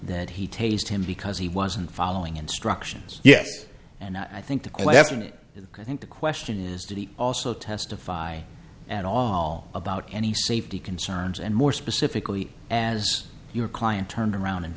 that he taste him because he wasn't following instructions yes and i think the classroom i think the question is did he also testify at all about any safety concerns and more specifically as your client turned around and